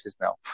now